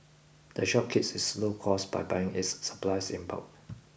the shop keeps its low costs by buying its supplies in bulk